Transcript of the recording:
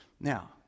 Now